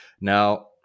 Now